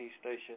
station